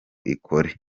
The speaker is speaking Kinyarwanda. ikore